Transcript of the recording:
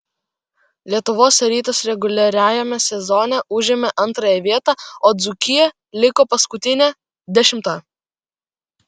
lietuvos rytas reguliariajame sezone užėmė antrąją vietą o dzūkija liko paskutinė dešimta